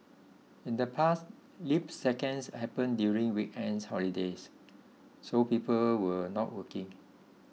in the past leap seconds happened during weekends holidays so people were not working